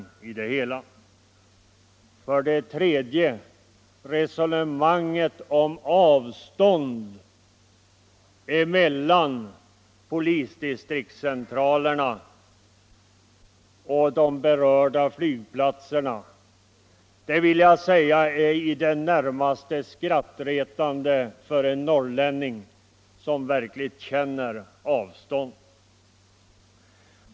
Vidare vill jag säga att resonemanget om avståndet mellan polisdistriktscentralerna och de berörda flygplatserna är i det närmaste skrattretande för en norrlänning, som verkligen har erfarenhet av avstånd.